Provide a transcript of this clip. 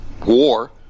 War